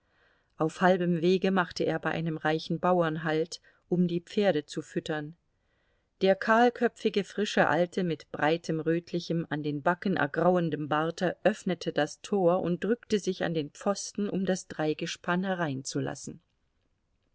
auf halbem wege machte er bei einem reichen bauern halt um die pferde zu füttern der kahlköpfige frische alte mit breitem rötlichem an den backen ergrauendem barte öffnete das tor und drückte sich an den pfosten um das dreigespann hereinzulassen